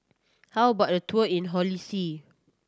how about a tour in Holy See